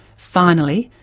finally,